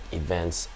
events